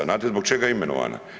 Znate zbog čega je imenovana?